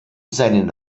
seinen